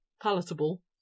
palatable